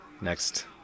next